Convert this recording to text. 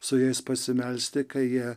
su jais pasimelsti kai jie